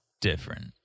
different